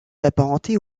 apparentée